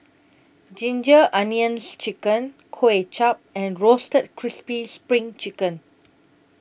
Ginger Onions Chicken Kuay Chap and Roasted Crispy SPRING Chicken